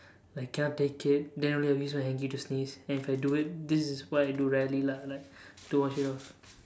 like cannot take it then only I'll use a hankie to sneeze and if I do it this is what I do rarely lah to wash it off